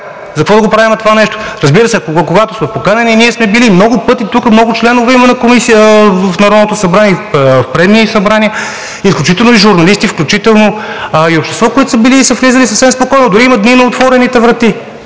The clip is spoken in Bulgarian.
За какво да го правим това нещо? Разбира се, когато сме поканени, ние сме били. Много пъти тук, много членове има на Комисията и в Народното събрание, и в предни събрания, включително и журналисти, включително и общество, които са били и са влизали съвсем спокойно. Дори има дни на отворените врати.